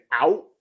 out